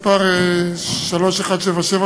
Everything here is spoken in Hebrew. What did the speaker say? מס' 3177,